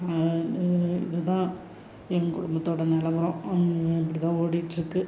இது இது தான் எங்கள் குடும்பத்தோட நிலவரம் இப்படிதான் ஓடிட்டுருக்கு